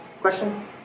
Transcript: Question